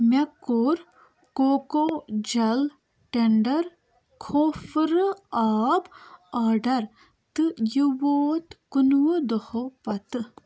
مےٚ کوٚر کوکو جَل ٹٮ۪نٛڈَر کھوٗپھرٕ آب آرڈَر تہٕ یہِ ووت کُنوُہ دوٚہَو پتہٕ